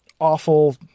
awful